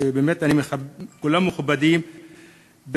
ובאמת כולם מכובדים,